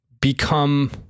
become